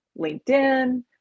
LinkedIn